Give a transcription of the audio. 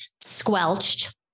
squelched